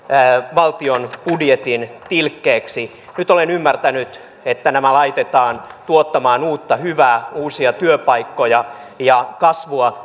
valtion budjetin tilkkeeksi nyt olen ymmärtänyt että nämä laitetaan tuottamaan uutta hyvää uusia työpaikkoja ja kasvua